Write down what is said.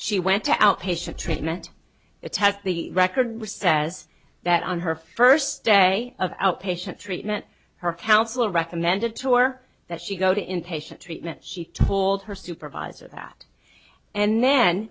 she went to outpatient treatment attest the record which says that on her first day of outpatient treatment her counselor recommended tour that she go to inpatient treatment she told her supervisor that and then